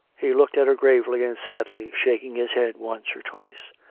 he looked at her gravely and sadly, shaking his head once or twice.